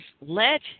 let